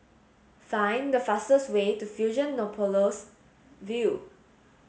find the fastest way to Fusionopolis View